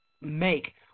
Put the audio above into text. make –